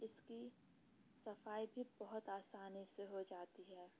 اس کی صفائی بھی بہت آسانی سے ہو جاتی ہے